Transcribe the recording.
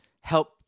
help